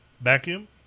vacuum